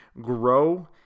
grow –